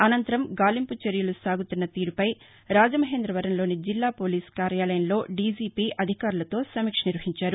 అనంతరం గాలింపు చర్యలు సాగుతున్న తీరుపై రాజమహేంద్రవరంలోని జిల్లా పోలీస్ కార్యాలయంలో డీజీపీ అధికారులతో సమీక్ష నిర్వహించారు